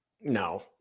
No